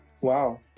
Wow